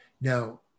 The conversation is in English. now